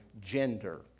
gender